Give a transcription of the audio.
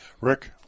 Rick